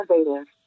innovative